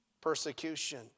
persecution